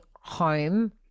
home